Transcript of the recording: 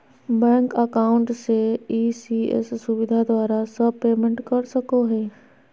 bank account से ECS सुविधा द्वारा सब पेमेंट कर सको हइ